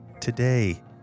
today